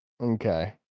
Okay